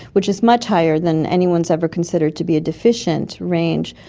which is much higher than anyone has ever considered to be a deficient range,